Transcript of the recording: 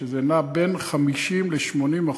שזה נע בין 50% ל-80%,